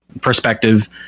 perspective